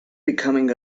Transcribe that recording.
becoming